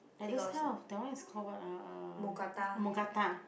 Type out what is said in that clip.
like those kind of that one is called what ah uh Mookata